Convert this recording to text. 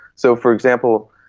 so, for example,